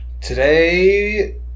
Today